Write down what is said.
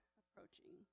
approaching